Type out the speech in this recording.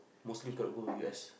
Muslim cannot go U_S